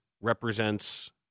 represents